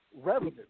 revenue